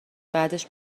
بعدش